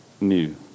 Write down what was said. new